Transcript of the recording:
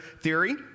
theory